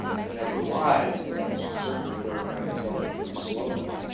yeah i've never lied, but i certainly learned how to tell the truth slowly.